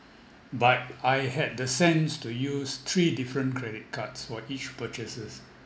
but I had the sense to use three different credit cards for each purchases